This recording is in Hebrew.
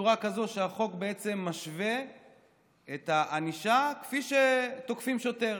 בצורה כזו שהחוק משווה את הענישה למי שתוקפים שוטר.